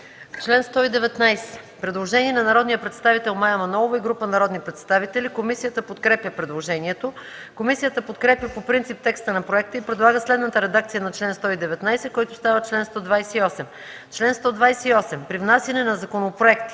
Член 103 – предложение на народния представител Мая Манолова и група народни представители. Комисията подкрепя предложението. Комисията подкрепя по принцип текста на проекта и предлага следната редакция на чл. 103 който става чл. 111: „Чл. 111. (1) Министерският